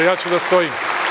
Ja ću da stojim.